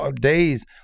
days